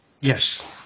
yes